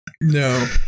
no